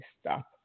stop